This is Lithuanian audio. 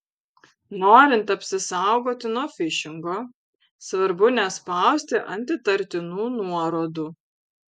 norint apsisaugoti nuo fišingo svarbu nespausti ant įtartinų nuorodų